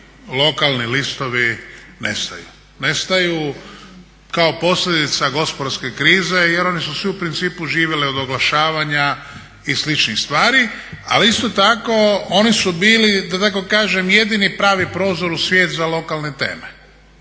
lokalni listovi nestaju, nestaju kao posljedica gospodarske krize jer oni su svi u principu živjele od oglašavanja i sličnih stvari. Ali isto tako oni su bili da tako kažem jedini pravi prozor u svijet za lokalne teme